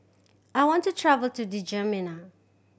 I want to travel to Djamena